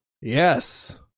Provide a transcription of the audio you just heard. Yes